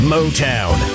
Motown